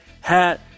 hat